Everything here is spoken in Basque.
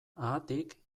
haatik